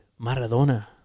Maradona